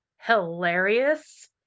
hilarious